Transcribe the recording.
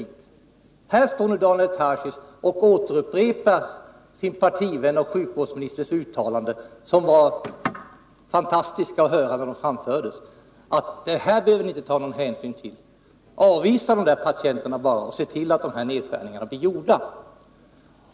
Nu återupprepar Daniel Tarschys sin partivän sjukvårdsministerns uttalanden, som var fantastiska att höra när de framfördes: Det här behöver ni inte ta någon hänsyn till! Avvisa bara de där patienterna och se till att nedskärningarna blir gjorda!